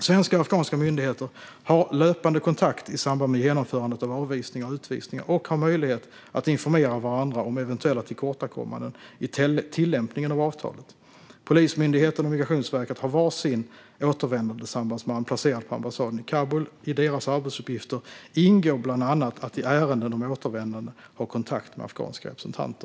Svenska och afghanska myndigheter har löpande kontakt i samband med genomförandet av avvisningar och utvisningar och har möjlighet att informera varandra om eventuella tillkortakommanden i tillämpningen av avtalet. Polismyndigheten och Migrationsverket har varsin återvändandesambandsman placerad på ambassaden i Kabul. I deras arbetsuppgifter ingår bland annat att i ärenden om återvändande ha kontakt med afghanska representanter.